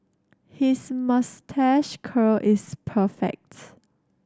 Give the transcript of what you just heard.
his moustache curl is perfects